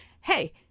hey